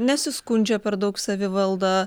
nesiskundžia per daug savivalda